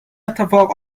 اتفاق